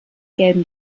gelbem